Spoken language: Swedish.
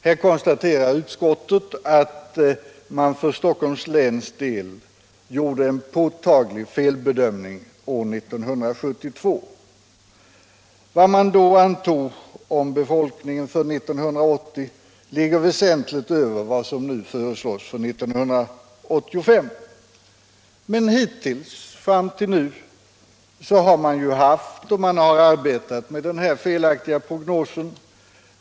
Utskottet konstaterar att man för Stockholms läns del gjorde en påtaglig felbedömning år 1972. Vad man då antog om befolkningen för 1980 ligger väsentligt över vad som nu föreslås för 1985. Men hittills, fram till nu, har man ju arbetat med den felaktiga prognosen.